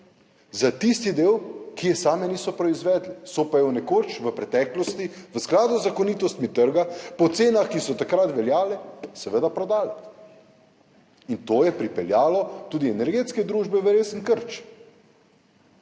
za tisti del, ki ga same niso proizvedle, so pa jo nekoč v preteklosti v skladu z zakonitostmi trga po cenah, ki so takrat veljale, seveda prodali. To je pripeljalo tudi energetske družbe v resen krč.